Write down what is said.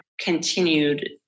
continued